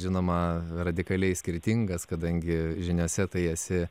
žinoma radikaliai skirtingas kadangi žiniose tai esi